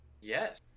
Yes